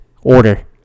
order